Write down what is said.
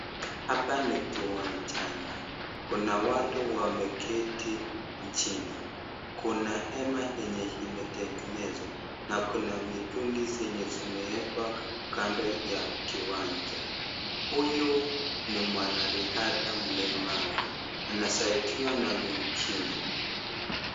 Hapa ni kiwanjani, kuna watu wameketi chini, kuna hema yenye imetengenezwa na kuna mitungi zenye zimeekwa kando ya kiwanja, huyu ni mwanariadha mlemavu anasaidiwa na mwingine.